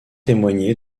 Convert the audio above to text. témoigné